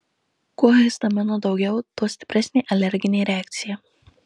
kuo histamino daugiau tuo stipresnė alerginė reakcija